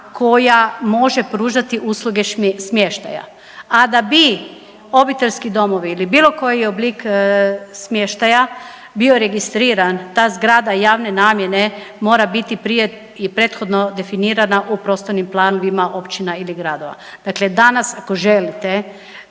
koja može pružati usluge smještaja, a da bi obiteljski domovi ili bilo koji oblik smještaja bio registriran ta zgrada javne namjene mora biti prije i prethodno definirana u prostornom planovima općina ili gradova. Dakle, danas ako želite